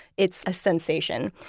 it's a sensation.